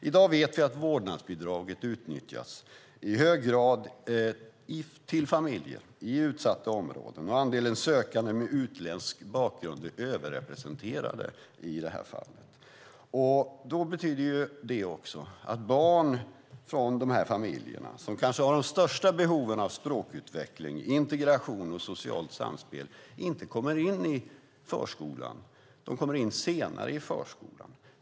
I dag vet vi att vårdnadsbidraget i hög grad utnyttjas av familjer i utsatta områden. Sökande med utländsk bakgrund är överrepresenterade. Det betyder också att barn från dessa familjer, som kanske har de största behoven av språkutveckling, integration och socialt samspel, inte kommer in i förskolan eller kommer in senare i förskolan.